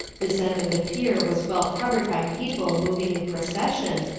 this end of the pier was well covered by people moving in procession,